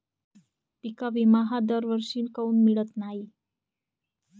पिका विमा हा दरवर्षी काऊन मिळत न्हाई?